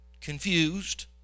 confused